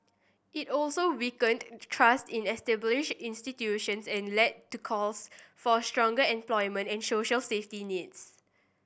it also weakened trust in established institutions and led to calls for stronger employment and social safety nets